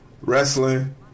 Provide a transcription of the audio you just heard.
Wrestling